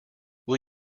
will